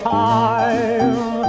time